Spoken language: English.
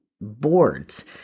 boards